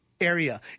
area